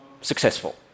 successful